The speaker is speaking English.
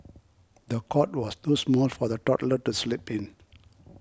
the cot was too small for the toddler to sleep in